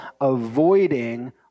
avoiding